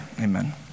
Amen